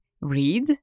read